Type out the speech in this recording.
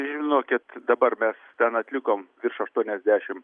žinokit dabar mes ten atlikom virš aštuoniasdešim